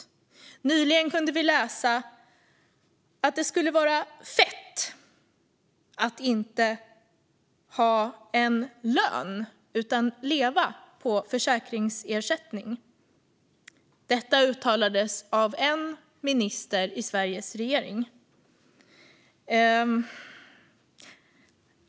Nyligen kunde vi läsa att det skulle vara "fett" att inte ha en lön utan leva på försäkringsersättning. Det uttalades av en minister i Sveriges regering.